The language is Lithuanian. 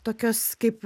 tokios kaip